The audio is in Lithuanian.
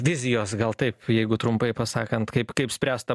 vizijos gal taip jeigu trumpai pasakant kaip kaip spręst tą